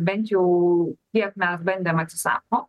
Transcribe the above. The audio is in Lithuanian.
bent jau kiek mes bandėm atsisako